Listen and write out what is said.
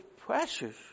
precious